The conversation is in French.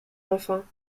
enfin